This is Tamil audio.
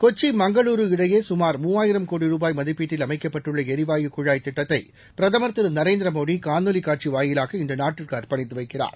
கொச்சி மங்களூரு இடையே சுமார் மூவாயிரம் கோடி ரூபாய் மதிப்பீட்டில் அமைக்கப்பட்டுள்ள எரிவாயு திட்டத்தை குழாய் பிரதமர் திரு நரேந்திர மோடி காணொலி காட்சிய வாயிலாக இன்று நாட்டுக்கு அர்ப்பணித்து வைக்கிறார்